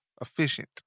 efficient